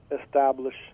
establish